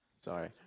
sorry